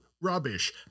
rubbish